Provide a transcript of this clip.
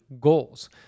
goals